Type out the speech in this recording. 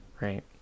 Right